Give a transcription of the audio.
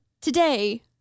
today